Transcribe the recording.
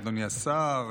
אדוני השר,